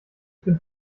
bin